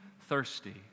thirsty